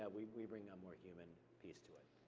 ah we we bring a more human piece to it.